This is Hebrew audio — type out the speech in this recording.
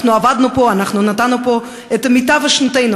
אנחנו עבדנו פה, אנחנו נתנו פה את מיטב שנותינו.